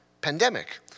pandemic